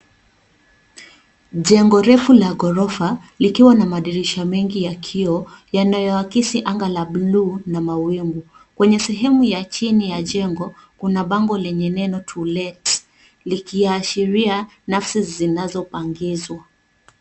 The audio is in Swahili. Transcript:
Jengo refu la ghorofa likiwa na madirisha mengi ya kioo yanayoakisi anga la bluu na mawingu. Kwenye sehemu ya chini ya jengo kuna nango lenye neno to let likiashiria nafasi zinazopangizwa.